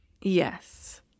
Yes